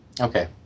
Okay